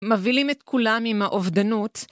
מבילים את כולם עם האובדנות.